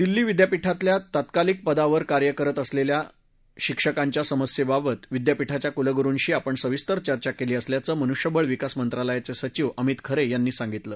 दिल्ली विद्यापीठातल्या तत्कालिक पदावर काम करत असलेल्या शिक्षकांच्या समस्येबाबत विद्यापीठाच्या कुलगुरूंशी आपण सविस्तर चर्चा केली असल्याचं मनुष्यबळ विकास मंत्रालयाचे सचिव अमित खरे यांनी सांगितलं